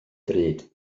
ddrud